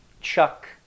chuck